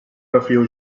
refio